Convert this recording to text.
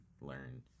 learn